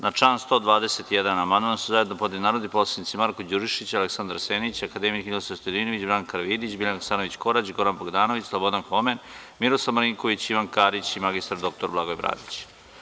Na član 121. amandman su zajedno podneli narodni poslanici Marko Đurišić, Aleksandar Senić, akademik Ninoslav Stojadinović, Branka Karavidić, Biljana Hasanović Korać, Goran Bogdanović, Slobodan Homen, Miroslav Marinković, Ivan Karić i mr Blagoje Bradić.